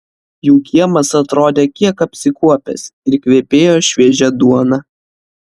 jų kiemas atrodė kiek apsikuopęs ir kvepėjo šviežia duona